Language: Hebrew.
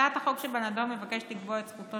הצעת החוק שבנדון מבקשת לקבוע את זכותו